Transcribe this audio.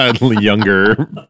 younger